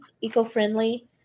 eco-friendly